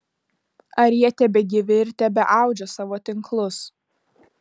ar jie tebegyvi ir tebeaudžia savo tinklus